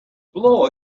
blow